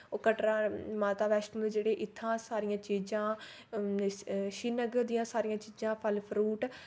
ओ कटरा माता वैश्णो दे जेह्ड़े इत्थां सारियां चीजां श्नरीगर दि'यां सारियां चीजां फल फ्रूट